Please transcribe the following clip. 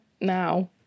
now